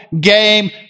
game